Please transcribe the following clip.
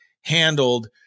handled